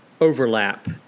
overlap